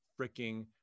freaking